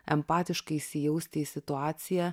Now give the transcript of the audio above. empatiškai įsijausti į situaciją